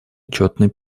отчетный